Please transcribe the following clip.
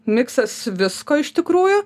miksas visko iš tikrųjų